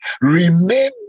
remember